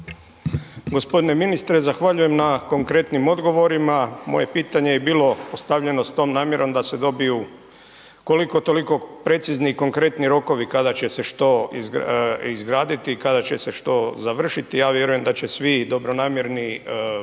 g. Ministre zahvaljujem na konkretnim odgovorima, moje pitanje je bilo postavljeno s tom namjerom da se dobiju koliko toliko precizni i konkretni rokovi kada će se što izgraditi i kada će se što završiti, ja vjerujem da će svi dobronamjerni